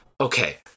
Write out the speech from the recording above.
okay